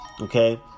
okay